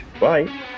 Bye